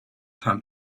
time